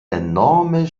enorme